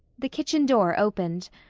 the kitchen door opened.